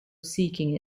seeking